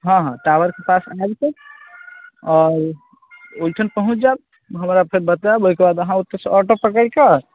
हँ हँ टावरके पास भऽ जयतै आओर ओहिठन पहुँच जाएब हमरासँ बताएब ओहिके बाद अहाँ ओतऽसँ ऑटो पकड़िकऽ